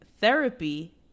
Therapy